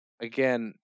Again